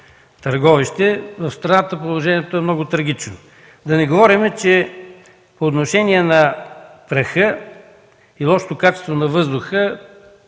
Търговище. В страната положението е много трагично. Да не говорим, че по отношение на праха и лошото качество на въздуха